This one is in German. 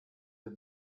wir